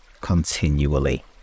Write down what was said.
continually